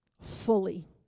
fully